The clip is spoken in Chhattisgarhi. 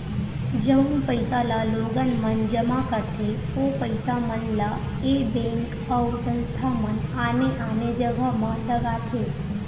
जउन पइसा ल लोगन मन जमा करथे ओ पइसा मन ल ऐ बेंक अउ संस्था मन आने आने जघा म लगाथे